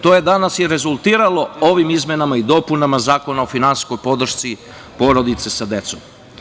To je danas i rezultiralo ovim izmenama i dopunama Zakona o finansijskoj podršci porodice sa decom.